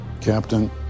Captain